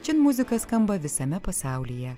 čin muzika skamba visame pasaulyje